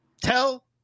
Tell